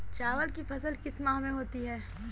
चावल की फसल किस माह में होती है?